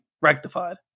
rectified